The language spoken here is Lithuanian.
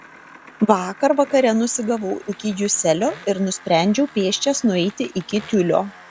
vakar vakare nusigavau iki juselio ir nusprendžiau pėsčias nueiti iki tiulio